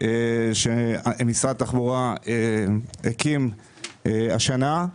שמשרד התחבורה הקים השנה.